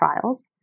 trials